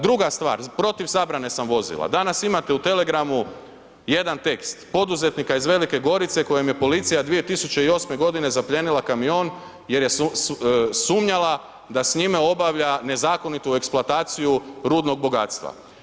Druga stvar, protiv zabrane sam vozila, danas imate u telegramu jedan tekst poduzetnika iz Velike Gorice kojem je policija 2008. godine zaplijenila kamion jer je sumnjala da s njime obavlja nezakonitu eksploataciju rudnog bogatstva.